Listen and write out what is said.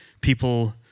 people